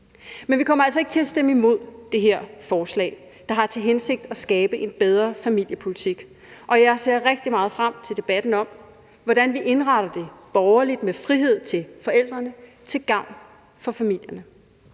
Men vi kommer altså ikke til at stemme imod det her forslag, der har til hensigt at skabe en bedre familiepolitik, og jeg ser rigtig meget frem til debatten om, hvordan vi indretter det borgerligt med frihed til forældrene til gavn for familierne.